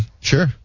Sure